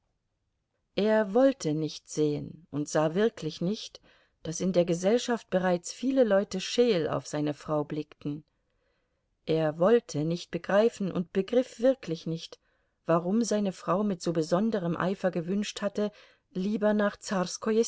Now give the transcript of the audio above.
er wollte nicht sehen und sah wirklich nicht daß in der gesellschaft bereits viele leute scheel auf seine frau blickten er wollte nicht begreifen und begriff wirklich nicht warum seine frau mit so besonderem eifer gewünscht hatte lieber nach